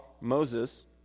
Moses